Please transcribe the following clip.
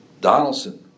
Donaldson